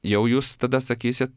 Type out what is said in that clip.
jau jūs tada sakysit